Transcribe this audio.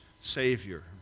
Savior